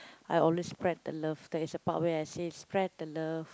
I always spread the love there is a part where I say spread the love